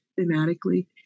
thematically